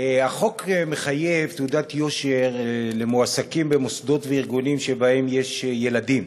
החוק מחייב תעודת יושר למועסקים במוסדות ובארגונים שבהם יש ילדים,